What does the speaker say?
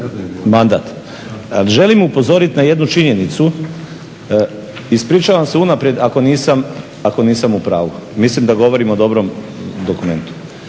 mandat? Želim upozorit na jednu činjenicu, ispričavam se unaprijed ako nisam u pravu, mislim da govorim o dobrom dokumentu.